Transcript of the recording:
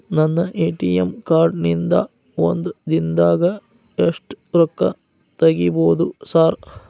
ನನ್ನ ATM card ನಿಂದಾ ಒಂದ್ ದಿಂದಾಗ ಎಷ್ಟ ರೊಕ್ಕಾ ತೆಗಿಬೋದು ಸಾರ್?